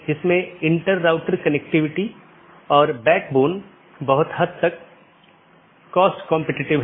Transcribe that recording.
इसका मतलब है यह चीजों को इस तरह से संशोधित करता है जो कि इसके नीतियों के दायरे में है